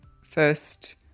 first